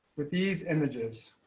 with these images.